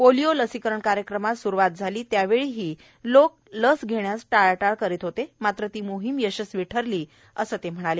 polio लसीकरण कार्यक्रमास सुरुवात झाली त्यावेळी लोक लस घेण्यास टाळाटाळ करत होते मात्र ती मोहीम यशस्वी ठरली असं ते म्हणाले